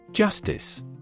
Justice